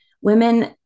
women